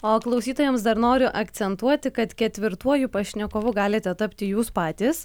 o klausytojams dar noriu akcentuoti kad ketvirtuoju pašnekovu galite tapti jūs patys